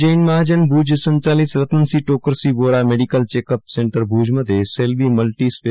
જૈન મહાજન ભુજ સંચાલિત Ratanshi Tokarshi Vora medical checkup centre Bhuj મધ્યે Selby multi સ્પે